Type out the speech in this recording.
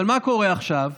אבל מה קורה עכשיו?